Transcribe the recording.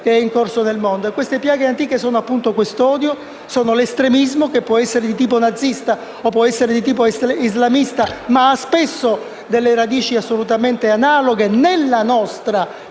che è in corso nel mondo. Queste piaghe antiche sono appunto l'odio e l'estremismo, che può essere di tipo nazista o di tipo islamista, ma che ha spesso delle radici assolutamente analoghe nella nostra terra.